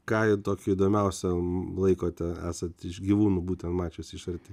ką tokį įdomiausią laikote esat iš gyvūnų būtent mačiusi iš arti